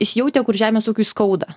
išjautė kur žemės ūkiui skauda